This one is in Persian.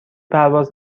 پرواز